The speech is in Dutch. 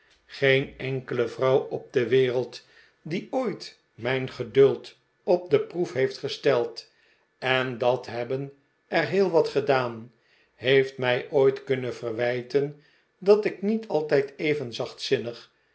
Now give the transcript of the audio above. geen enkele vrouw op de wereld die ooit mijn geduld op de proef heeft gesteld r en dat hebben er heel wat gedaan heeft mij ooit kunnen verwijten dat ik niet altijd even